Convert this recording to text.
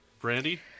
Brandy